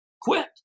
quit